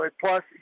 Plus